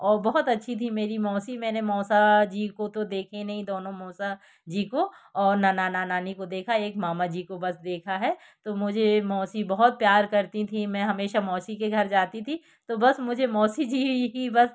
और बहुत अच्छी थी मेरी मौसी मैंने मौसा जी को देखें नहीं दोनों मौसा जी को और ना नाना नानी को देखा एक मामा जी को बस देखा है तो मुझे मौसी बहुत प्यार करती थी मैं हमेशा मौसी के घर जाती थी तो बस मुझे मौसी जी ही बस